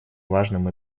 важном